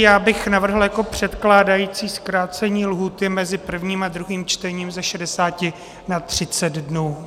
Já bych navrhl jako předkládající zkrácení lhůty mezi prvním a druhým čtením ze 60 na 30 dnů.